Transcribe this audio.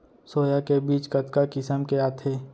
Soya के बीज कतका किसम के आथे?